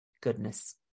goodness